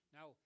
Now